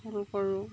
ফুল কৰোঁ